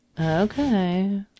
Okay